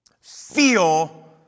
feel